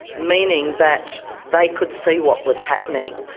meaning that they could see what was happening.